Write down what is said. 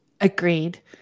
Agreed